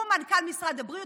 הוא מנכ"ל משרד הבריאות?